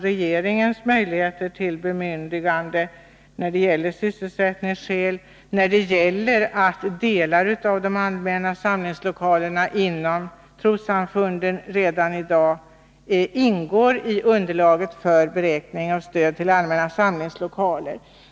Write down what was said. Regeringen har möjligheter till bemyndigande av sysselsättningsskäl, och delar av de allmänna samlingslokalerna inom trossamfunden ingår redan i dag i underlaget för beräkning av stöd till allmänna samlingslokaler.